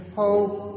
hope